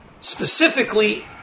specifically